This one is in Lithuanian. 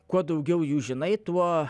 kuo daugiau jų žinai tuo